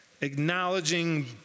acknowledging